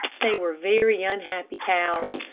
they were very unhappy cows,